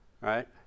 right